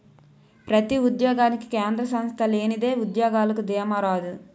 ప్రతి ఉద్యోగానికి కేంద్ర సంస్థ లేనిదే ఉద్యోగానికి దీమా రాదు